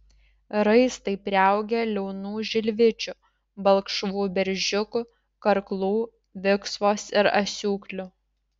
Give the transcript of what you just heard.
raistai priaugę liaunų žilvičių balkšvų beržiukų karklų viksvos ir asiūklių